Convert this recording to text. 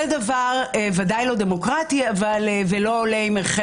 זה דבר ודאי לא דמוקרטי ולא עולה עם ערכי